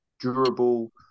durable